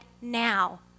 now